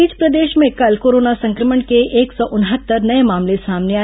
इस बीच प्रदेश में कल कोरोना संक्रमण के एक सौ उनहत्तर नये मामले सामने आए